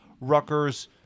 Rutgers